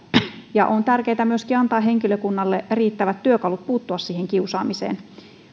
ja on tärkeätä myöskin antaa henkilökunnalle riittävät työkalut puuttua siihen kiusaamiseen